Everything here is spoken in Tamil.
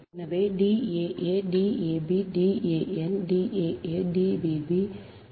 எனவே D a a D a b D a n D b a D b b D b n